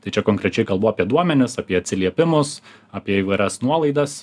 tai čia konkrečiai kalbu apie duomenis apie atsiliepimus apie įvairias nuolaidas